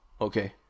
okay